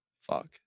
Fuck